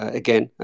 again